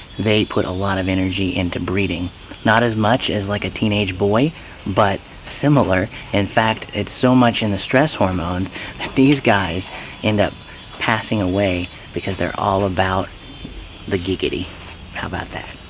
they put a lot of energy into breeding not as much as like a teenage boy but similar in fact it's so much in the stress hormones that these guys end up passing away because they're all about the giggity how about that